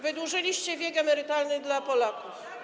Wydłużyliście wiek emerytalny dla Polaków.